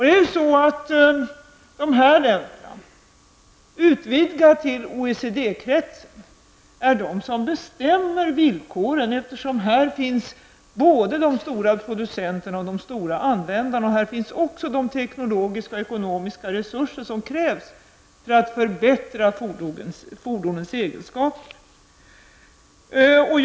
Dessa länder, utvidgat till OECD-kretsen, bestämmer villkoren, eftersom de stora producenterna och de stora användarna lika väl som de teknologiska och ekonomiska resurser som krävs för att förbättra fordonens egenskaper finns där.